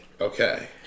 Okay